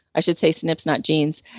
i should say snips, not genes,